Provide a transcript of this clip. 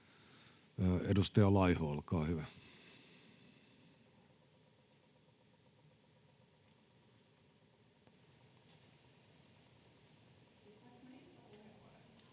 Edustaja Laiho, olkaa hyvä.